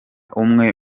umwe